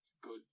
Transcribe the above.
Good